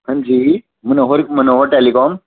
हां जी मनोहर टैलीकॉम